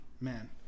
Man